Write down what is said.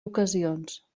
ocasions